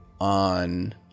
on